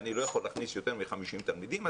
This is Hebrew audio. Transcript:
לא יכול להכניס יותר מ-50 תלמידים,